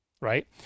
right